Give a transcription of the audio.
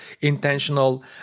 intentional